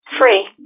Free